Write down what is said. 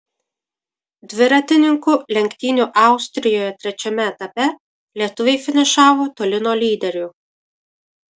dviratininkų lenktynių austrijoje trečiame etape lietuviai finišavo toli nuo lyderių